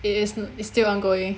it is it's still ongoing